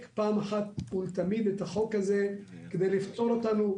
פעם אחת ולתמיד את החוק הזה כדי שיפתור אותנו,